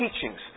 teachings